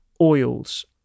oils